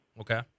Okay